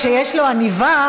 כשיש לו עניבה,